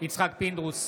יצחק פינדרוס,